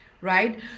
Right